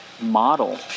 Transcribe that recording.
model